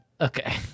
Okay